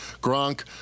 Gronk